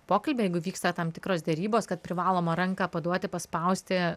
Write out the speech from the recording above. pokalbį jeigu vyksta tam tikros derybos kad privaloma ranką paduoti paspausti